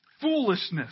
foolishness